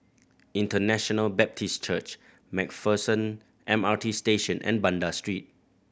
International Baptist Church Macpherson M R T Station and Banda Street